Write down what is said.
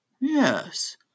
yes